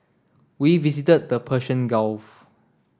we visited the Persian Gulf